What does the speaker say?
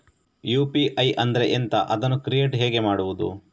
UPI ಅಂದ್ರೆ ಎಂಥ? ಅದನ್ನು ಕ್ರಿಯೇಟ್ ಹೇಗೆ ಮಾಡುವುದು?